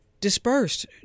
dispersed